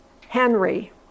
Henry